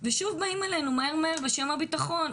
ושוב באים אלינו מהר מהר בשם הביטחון,